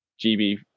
GB